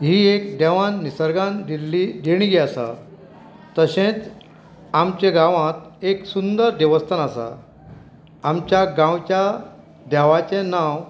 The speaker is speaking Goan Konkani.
ही एक देवान निसर्गान दिल्ली देणगी आसा तशेंच आमच्या गांवांत एक सुंदर देवस्थान आसा आमच्या गांवच्या देवाचें नांव